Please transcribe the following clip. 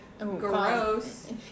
gross